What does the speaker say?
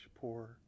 poor